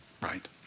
right